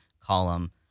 column